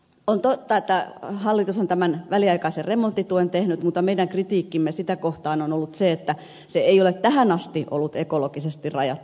on totta että hallitus on tämän väliaikaisen remonttituen tehnyt mutta meidän kritiikkimme sitä kohtaan on ollut se että se ei ole tähän asti ollut ekologisesti rajattu